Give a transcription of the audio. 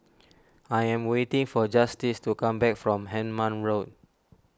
I am waiting for Justice to come back from Hemmant Road